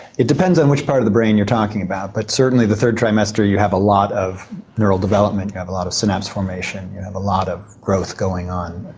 it depends on which part of the brain you're talking about. but certainly the third trimester you have a lot of neural development, you have a lot of synapse formation, you have a lot of growth going on.